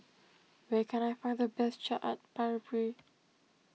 where can I find the best Chaat